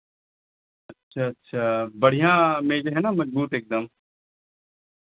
अच्छा अच्छा बढ़ियाँ मेज़ें हैं ना मजबूत एकदम